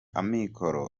amikoro